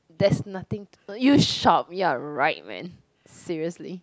there's nothing you shop ya right man seriously